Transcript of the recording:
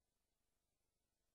תאמין לי, אני יודע מה הוא הולך להגיד.